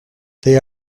they